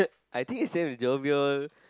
I think is same as Joviel